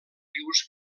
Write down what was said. rius